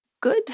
good